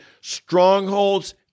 strongholds